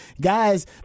Guys